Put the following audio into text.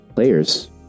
players